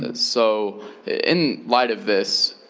ah so in light of this,